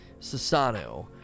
Sasano